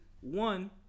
one